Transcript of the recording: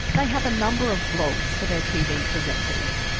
they have a number of blogs for their tv presenters.